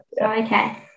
okay